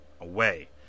away